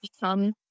become